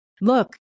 Look